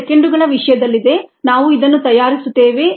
ಇದು ಸೆಕೆಂಡುಗಳ ವಿಷಯದಲ್ಲಿದೆ ನಾವು ಇದನ್ನು ತಯಾರಿಸುತ್ತೇವೆ